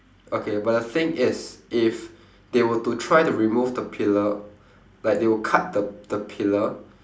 okay but the thing is if they were to try to remove the pillar like they would cut the the pillar